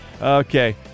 Okay